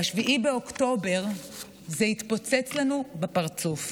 ב-7 באוקטובר זה התפוצץ לנו בפרצוף.